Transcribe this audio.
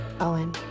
Owen